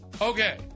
okay